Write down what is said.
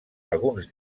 alguns